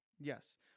yes